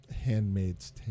Handmaid's